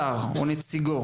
שר או נציגו,